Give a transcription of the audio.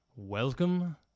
welcome